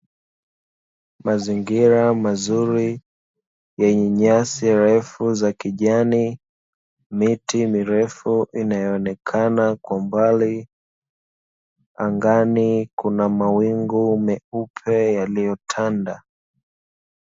Mazingira mazuri, yenye nyasi refu za kijani, miti mirefu inayoonekana kwa mbali, angani kuna mawingu meupe yaliyotanda.